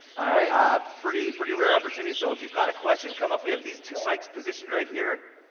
ah pretty pretty rare opportunity. so if you've got a question, come up. we have these two mics positioned right here.